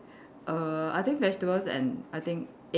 err I think vegetables and I think egg